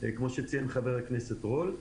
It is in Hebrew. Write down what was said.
כמו שציין חבר הכנסת רול,